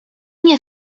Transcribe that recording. nie